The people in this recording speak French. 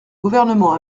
gouvernement